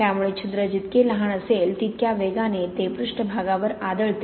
त्यामुळे छिद्र जितके लहान असेल तितक्या वेगाने ते पृष्ठभागावर आदळते